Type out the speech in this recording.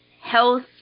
health